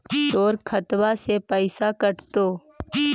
तोर खतबा से पैसा कटतो?